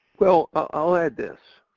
well i'll add this.